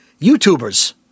YouTubers